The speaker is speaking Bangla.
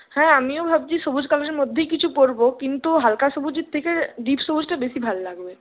হ্যাঁ আমিও ভাবছি সবুজ কালারের মধ্যেই কিছু পরবো কিন্তু হালকা সবুজের থেকে ডিপ সবুজটা বেশি ভাল লাগবে